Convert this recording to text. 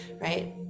right